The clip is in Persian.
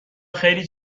خیلی